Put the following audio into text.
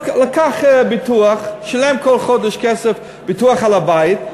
הוא לקח ביטוח, שילם כל חודש כסף ביטוח על הבית,